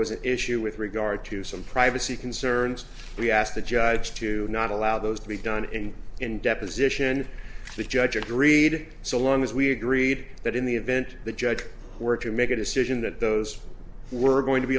was an issue with regard to some privacy concerns we asked the judge to not allow those to be done and in deposition the judge agreed so long as we agreed that in the event the judge were to make a decision that those were going to be